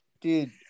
dude